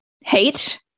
hate